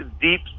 deep